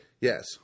Yes